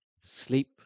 sleep